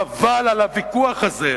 חבל על הוויכוח הזה.